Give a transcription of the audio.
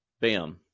bam